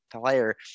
player